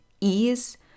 ease